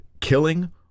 killing